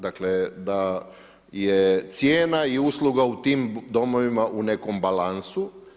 Dakle, da je cijena i usluga u tim domovima u nekom balansu.